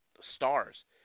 Stars